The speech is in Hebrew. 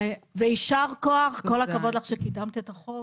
ויישר כוח וכל הכבוד לך שקידמת את החוק.